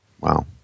Wow